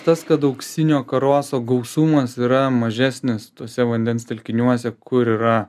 tas kad auksinio karoso gausumas yra mažesnis tuose vandens telkiniuose kur yra